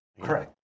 Correct